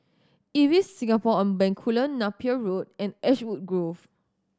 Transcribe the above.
Ibis Singapore On Bencoolen Napier Road and Ashwood Grove